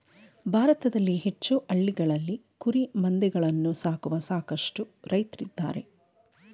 ಭಾರತದಲ್ಲಿ ಹೆಚ್ಚು ಹಳ್ಳಿಗಳಲ್ಲಿ ಕುರಿಮಂದೆಗಳನ್ನು ಸಾಕುವ ಸಾಕಷ್ಟು ರೈತ್ರಿದ್ದಾರೆ